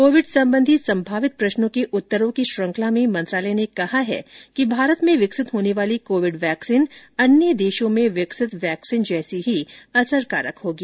Covid संबंधी संमावित प्रश्नों के उत्तरों की श्रृंखला में मंत्रालय ने कहा है कि भारत में विकसित होने वाली कोविड वैक्सीन अन्य देशों में विकसित वैक्सीन जैसी ही असरकारक होगी